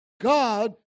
God